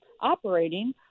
operating